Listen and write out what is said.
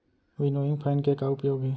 Winnowing fan के का उपयोग हे?